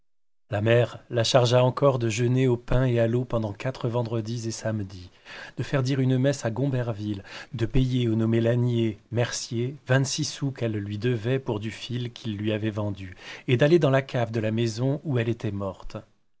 la mère la chargea encore de jeûner au pain et à l'eau pendant quatre vendredis et samedis de faire dire une messe à gomberville de payer au nommé lânier mercier vingt-six sous qu'elle lui devait pour du fil qu'il lui avait vendu et d'aller dans la cave de la maison où elle était morte